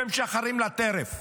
שמשחרים לטרף.